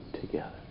together